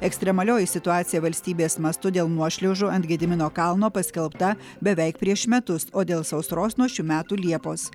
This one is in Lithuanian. ekstremalioji situacija valstybės mastu dėl nuošliaužų ant gedimino kalno paskelbta beveik prieš metus o dėl sausros nuo šių metų liepos